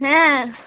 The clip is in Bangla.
হ্যাঁ